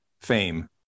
Fame